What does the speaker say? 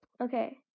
Okay